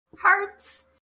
Hearts